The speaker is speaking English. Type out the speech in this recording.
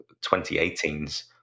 2018's